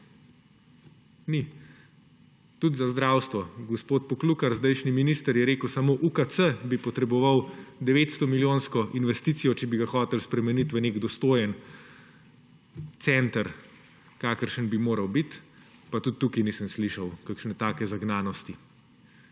Ni. Tudi za zdravstvo. Gospod Pokljukar, zdajšnji minister, je rekel, da samo UKC bi potreboval 900 milijonsko investicijo, če bi ga hoteli spremeniti v nek dostojen center, kakršen bi moral biti. Pa tudi tukaj nisem slišal kakšne takšne zagnanosti.